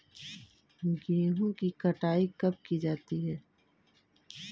गेहूँ की कटाई कब की जाती है?